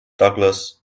douglas